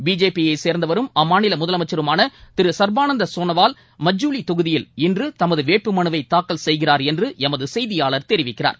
பிஜேபியைச் சேர்ந்தவரும் அம்மாநில முதலனமச்சருமான திரு சர்பானந்த சோனாவால் மஜுலி தொகுதியில் இன்று தமது வேட்புமனுவை தாக்கல் செய்கிறார் என்று எமது செய்தியாளர் தெரிவிக்கிறார்